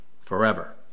forever